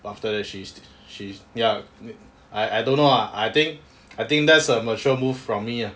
but after that she's she's ya I I don't know ah I think I think that's a mature move for me ah